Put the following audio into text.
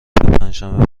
پنجشنبه